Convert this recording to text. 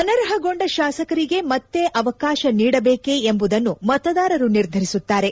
ಅನರ್ಹಗೊಂಡ ಶಾಸಕರಿಗೆ ಮತ್ತೆ ಅವಕಾಶ ನೀಡಬೇಕೇ ಎಂಬುದನ್ನು ಮತದಾರರು ನಿರ್ಧರಿಸುತ್ತಾರೆ